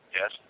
Yes